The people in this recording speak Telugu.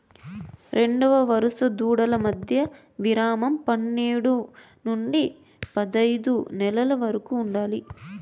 రెండు వరుస దూడల మధ్య విరామం పన్నేడు నుండి పదైదు నెలల వరకు ఉండాలి